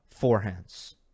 forehands